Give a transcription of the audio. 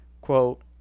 quote